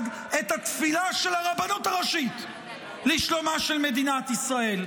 את התפילה של הרבנות הראשית לשלומה של מדינת ישראל?